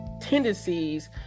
tendencies